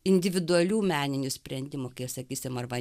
individualių meninių sprendimų kai sakysim arba